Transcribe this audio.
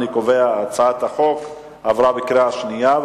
אני קובע שהצעת החוק עברה בקריאה שנייה.